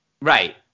Right